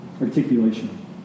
Articulation